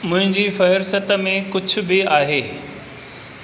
मुंहिंजी फ़हिरिसत में कुझु बि आहे